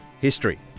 History